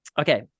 Okay